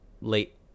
late